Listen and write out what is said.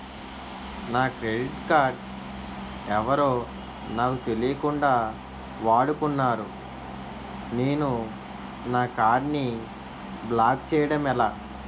నా credit card ఎవరో నాకు తెలియకుండా వాడుకున్నారు నేను నా కార్డ్ ని బ్లాక్ చేయడం ఎలా?